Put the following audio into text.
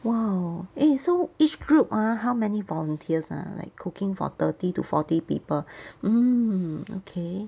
!wow! eh so each group ah how many volunteers ah like cooking for thirty to forty people mm okay